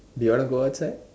do you want to go outside